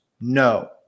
No